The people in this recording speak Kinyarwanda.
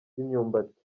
y’imyumbati